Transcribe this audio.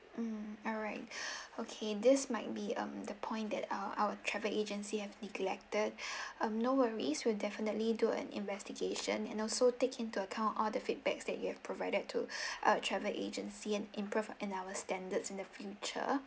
mm alright okay this might be um the point that our our travel agency have neglected um no worries we'll definitely do an investigation and also take into account all the feedback that you have provided to our travel agency and improve in our standards in the future